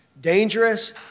dangerous